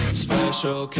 special